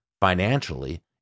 financially